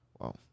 wow